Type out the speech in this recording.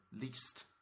least